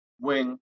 wing